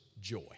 joy